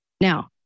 Now